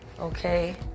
Okay